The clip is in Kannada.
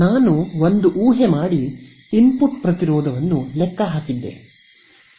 ನಾನು ಒಂದು ಊಹೆ ಮಾಡಿ ಇನ್ಪುಟ್ ಪ್ರತಿರೋಧವನ್ನು ಲೆಕ್ಕ ಹಾಕಿದ್ದೆ